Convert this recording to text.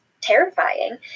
terrifying